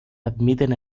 admiten